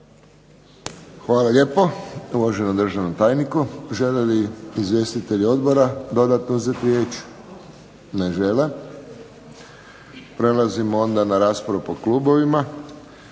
Hvala lijepo uvaženom državnom tajniku. Žele li izvjestitelji odbora dodatno uzeti riječ? Ne. Prelazimo onda na raspravu po klubovima.